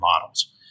models